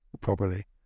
properly